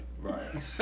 Right